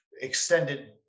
extended